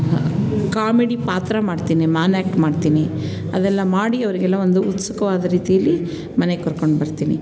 comedy ಪಾತ್ರ ಮಾಡ್ತೀನಿ mono act ಮಾಡ್ತೀನಿ ಅದೆಲ್ಲ ಮಾಡಿ ಅವ್ರಿಗೆಲ್ಲ ಒಂದು ಸುಖವಾದ ರೀತಿಯಲ್ಲಿ ಮನೆಗೆ ಕರ್ಕೊಂಡು ಬರ್ತೀನಿ